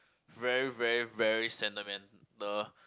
very very very sentimental